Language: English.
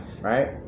Right